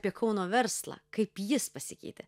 apie kauno verslą kaip jis pasikeitė